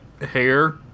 hair